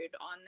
on